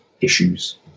issues